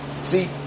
See